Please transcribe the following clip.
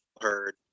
heard